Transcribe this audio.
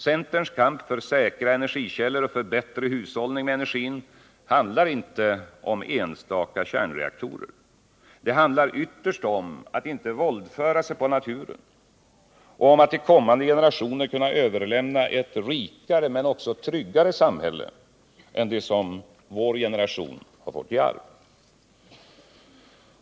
Centerns kamp för säkra energikällor och för bättre hushållning med energin handlar inte om enstaka kärnreaktorer. Den handlar ytterst om att inte våldföra sig på naturen och om att till kommande generationer kunna överlämna ett rikare men också tryggare samhälle än det vår generation har fått i arv.